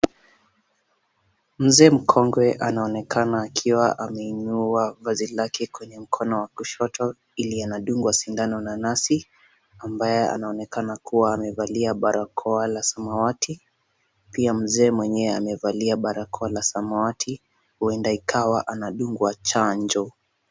Mzee mkongwe anaonekana akiwa ameinua vazi lake kwenye mkono wa kushoto ili anadungwa sindano na nasi, ambaye anaonekana kuwa amevalia barakoa la samawati. Pia mzee mwenyewe amevalia barakoa la samawati, huenda ikawa anadungwa chanjo.